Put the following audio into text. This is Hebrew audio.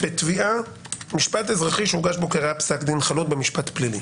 לתביעה משפט אזרחי שהוגש בו כראיה פסק דין חלוט במשפט פלילי